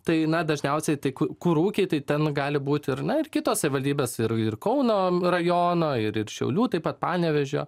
tai na dažniausiai tik kur ūkiai tai ten gali būt ir na ir kitos savivaldybės ir ir kauno rajono ir ir šiaulių taip pat panevėžio